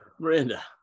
Miranda